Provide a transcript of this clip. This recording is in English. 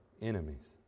enemies